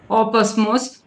o pas mus